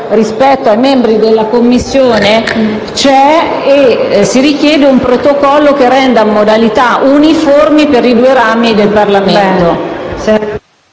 rispetto ai membri della Commissione c'è e si richiede un protocollo che renda modalità uniformi per i due rami del Parlamento.